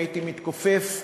הייתי מתכופף,